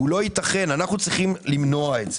לא ייתכן ואנחנו צריכים למנוע את זה.